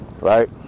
right